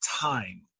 time